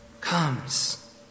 comes